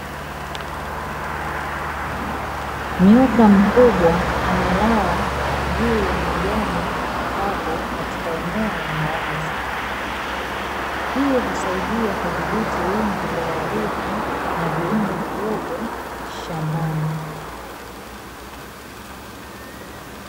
Nyoka mkubwa amelala juu ya majani kavu katika eneo la wazi, hii husaidia kudhibiti wingi wa wadudu na viumbe wadogo shambani.